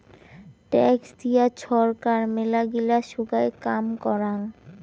tax দিয়ে ছরকার মেলাগিলা সোগায় কাম করাং